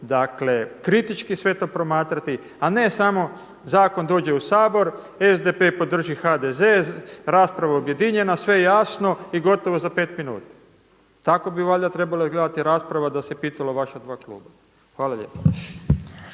čitanju kritički sve to promatrati, a ne samo zakon dođe u Sabor, SDP podrži HDZ, rasprava objedinjena sve jasno i gotovo za pet minuta. Tako bi valjda trebala izgledati rasprava da se pitala vaša dva kluba. Hvala lijepa.